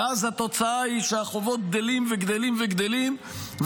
ואז התוצאה היא שהחובות גדלים וגדלים וגדלים,